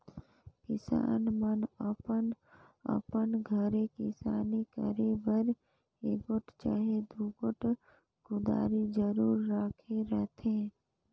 किसान मन अपन अपन घरे किसानी करे बर एगोट चहे दुगोट कुदारी जरूर राखे रहथे